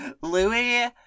Louis